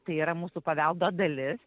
tai yra mūsų paveldo dalis